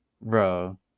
bro